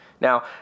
Now